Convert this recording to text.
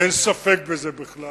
אין ספק בכלל